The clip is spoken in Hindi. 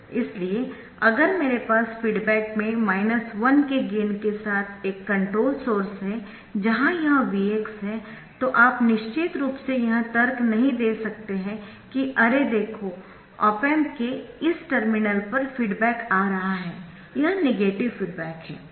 इसलिए अगर मेरे पास फीडबैक में 1 के गेन के साथ एक कंट्रोल्ड सोर्स है जहां यह Vx है तो आप निश्चित रूप से यह तर्क नहीं दे सकते कि अरे देखो ऑप एम्प के इस टर्मिनल पर फीडबैक आ रहा है यह नेगेटिव फीडबैक है